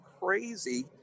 crazy